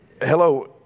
hello